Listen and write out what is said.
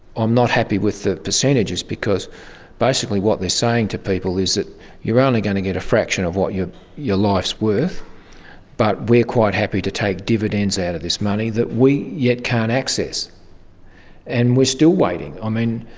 i'm not happy with the percentages because basically what they're saying to people is that you're only going to get a fraction of what your your life is worth but we're quite happy to take dividends out of this money that we yet can't access and we're still waiting. i mean,